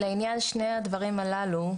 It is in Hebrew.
לעניין שני הדברים הללו,